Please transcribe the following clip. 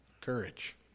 courage